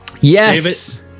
Yes